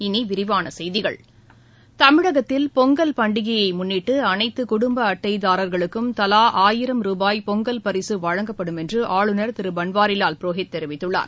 இனி விரிவான செய்திகள் தமிழகத்தில் பொங்கல் பண்டிகையை முன்னிட்டு அனைத்து குடும்ப அட்டைதாரர்களுக்கும் தலா ஆயிரம் ரூபாய் பொங்கல் பரிசு வழங்கப்படும் என்று ஆளுநர் திரு பன்வாரிவால் புரோஹித் தெரிவித்துள்ளார்